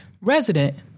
resident